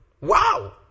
Wow